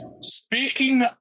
Speaking